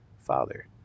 Father